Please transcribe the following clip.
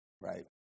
right